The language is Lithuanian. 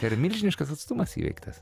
tai yra milžiniškas atstumas įveiktas